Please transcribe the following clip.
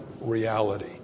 reality